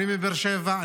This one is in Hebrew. קונים בבאר שבע.